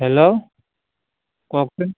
hello কওকচোন